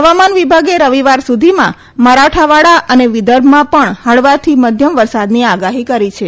હવામાન વિભાગે રવિવાર સુધીમાં મરાઠાવાડા અને વિદર્ભમાં પણ હળવાથી મધ્યમ વરસાદની આગાહી કરી છે